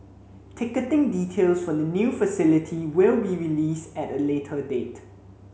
ticketing details for the new facility will be released at a later date